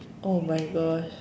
!oh-my-gosh!